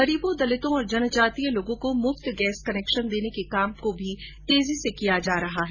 गरीबों दलितों और जनजातीय लोगों को मुफ्त गैस कनेक्शन देने का काम तेजी से चल रहा है